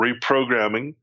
reprogramming